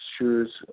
shoes